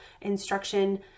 instruction